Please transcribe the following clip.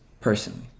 personally